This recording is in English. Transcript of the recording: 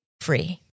free